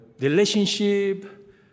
relationship